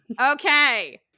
okay